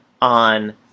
on